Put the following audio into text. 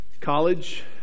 college